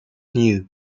new